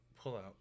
pullout